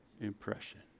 impression